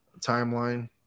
timeline